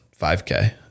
5k